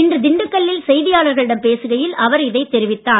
இன்று திண்டுக்கல்லில் செய்தியாளர்களிடம் பேசுகையில் அவர் இதைத் தெரிவித்தார்